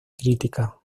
crítica